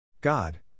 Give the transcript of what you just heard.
God